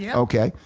yeah okay?